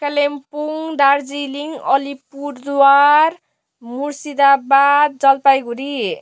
Kalimpong Darjeeling Alipurduar Murshidabad Jalpaiguri